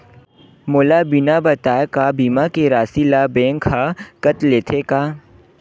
मोला बिना बताय का बीमा के राशि ला बैंक हा कत लेते का?